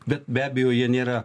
bet be abejo jie nėra